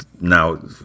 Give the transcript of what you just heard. now